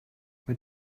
mit